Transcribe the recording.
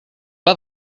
pas